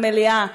במליאה,